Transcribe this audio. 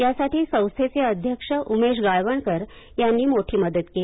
यासाठी संस्थेचे अध्यक्ष उमेश गाळवणकर यांनी मोठी मदत केली